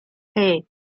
hey